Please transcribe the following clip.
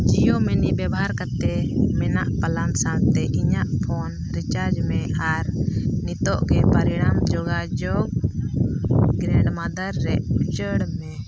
Jio money ᱵᱮᱵᱷᱟᱨ ᱠᱟᱛᱮᱫ ᱢᱮᱱᱟᱜ ᱯᱞᱟᱱ ᱥᱟᱶᱛᱮ ᱤᱧᱟᱹᱜ ᱯᱷᱳᱱ ᱨᱤᱪᱟᱨᱡᱽ ᱢᱮ ᱟᱨ ᱱᱤᱛᱳᱜ ᱜᱮ ᱯᱚᱨᱤᱢᱟᱱ ᱡᱳᱜᱟᱡᱳᱜᱽ ᱜᱨᱮᱱᱰᱢᱟᱫᱟᱨ ᱨᱮ ᱩᱪᱟᱹᱲ ᱢᱮ